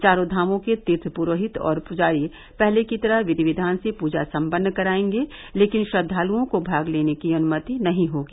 चारों धामों के तीर्थ पुरोहित और पुजारी पहले की तरह विधि विधान से पूजा सम्पन्न कराएंगे लेकिन श्रद्वालुओं को भाग लेने की अनुमति नहीं होगी